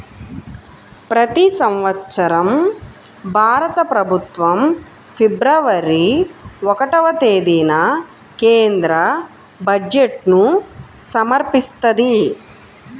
ప్రతి సంవత్సరం భారత ప్రభుత్వం ఫిబ్రవరి ఒకటవ తేదీన కేంద్ర బడ్జెట్ను సమర్పిస్తది